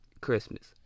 Christmas